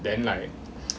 then like